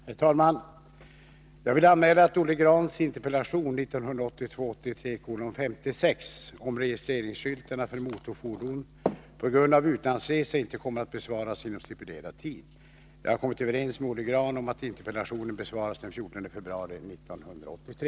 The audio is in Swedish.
Herr talman! Jag vill anmäla att Olle Grahns interpellation 1982/83:56 om registreringsskyltarna för motorfordon på grund av utlandsresa inte kommer att besvaras inom stipulerad tid. Jag har kommit överens med Olle Grahn om att interpellationen skall besvaras den 14 februari 1983.